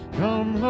come